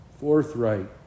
forthright